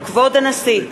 כבוד הנשיא!